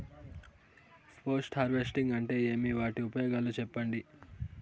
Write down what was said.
Post harvesting అంటే ఏమి? వాటి ఉపయోగాలు చెప్పండి?